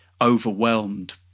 overwhelmed